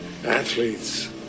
Athletes